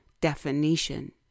definition